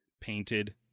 painted